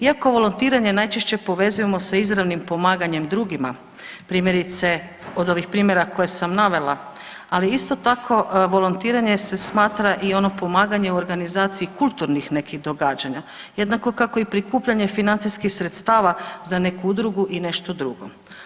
Iako volontiranje najčešće povezujemo sa izravnim pomaganjem drugima, primjerice od ovih primjera koje sam navela, ali isto tako volontiranje se smatra i ono pomaganje u organizaciji kulturnih nekih događanja jednako kako i prikupljanje financijskih sredstava za neku udrugu i nešto drugo.